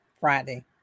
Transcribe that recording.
Friday